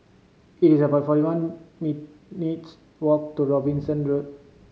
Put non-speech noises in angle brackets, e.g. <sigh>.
it's about forty one <unintelligible> meets walk to Robinson Road